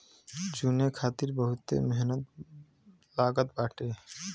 चुने खातिर बहुते मेहनत लागत बाटे